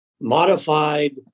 modified